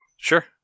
Sure